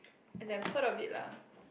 as I've heard of it lah